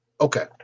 Okay